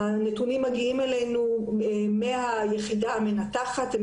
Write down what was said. הנתונים מגיעים אלינו מהיחידה המנתחת - הם